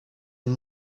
and